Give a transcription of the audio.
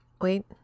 wait